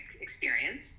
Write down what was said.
experience